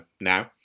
now